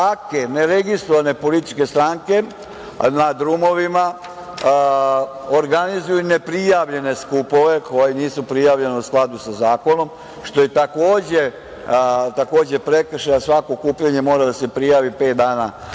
neregistrovane političke stranke na drumovima organizuju neprijavljene skupove koji nisu prijavljeni u skladu sa zakonom, što je takođe prekršaj, jer svako okupljanje mora da se prijavi pet dana ranije.